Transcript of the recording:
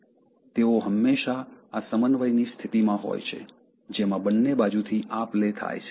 તેઓ હંમેશાં આ સમન્વયની સ્થિતિમાં હોય છે જેમાં બંને બાજુથી આપ લે થાય છે